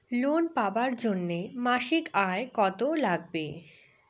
Loan পাবার জন্যে মাসিক আয় কতো লাগবে?